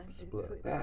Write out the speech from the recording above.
split